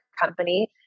company